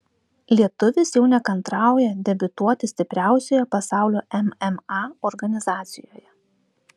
lietuvis jau nekantrauja debiutuoti stipriausioje pasaulio mma organizacijoje